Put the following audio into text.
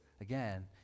again